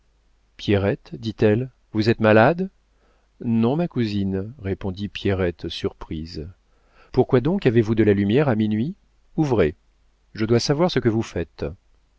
pierrette dit-elle êtes-vous malade non ma cousine répondit pierrette surprise pourquoi donc avez-vous de la lumière à minuit ouvrez je dois savoir ce que vous faites